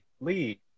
Lee